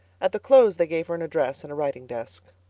at the close they gave her an address and a writing desk.